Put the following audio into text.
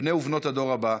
בני ובנות הדור הבא,